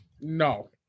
No